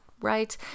right